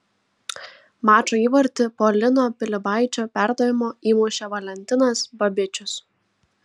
mačo įvartį po lino pilibaičio perdavimo įmušė valentinas babičius